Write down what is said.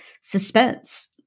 suspense